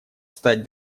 стать